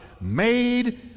made